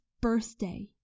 birthday